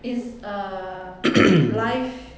is err life